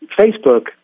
Facebook